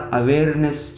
awareness